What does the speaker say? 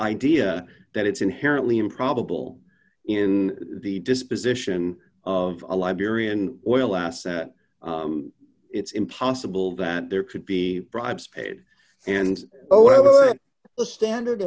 idea that it's inherently improbable in the disposition of a liberian oil asset it's impossible that there could be bribes paid and oh well a standard